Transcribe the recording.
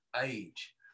age